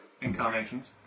incarnations